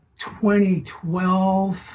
2012